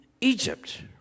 Egypt